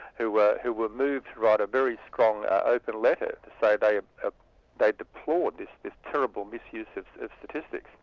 who were who were moved to write a very strong open letter to say they ah ah they deplored this this terrible misuse of statistics.